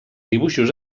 dibuixos